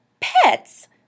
Pets